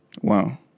Wow